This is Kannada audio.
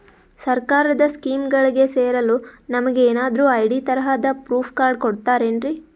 ಸರ್ಕಾರದ ಸ್ಕೀಮ್ಗಳಿಗೆ ಸೇರಲು ನಮಗೆ ಏನಾದ್ರು ಐ.ಡಿ ತರಹದ ಪ್ರೂಫ್ ಕಾರ್ಡ್ ಕೊಡುತ್ತಾರೆನ್ರಿ?